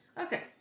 Okay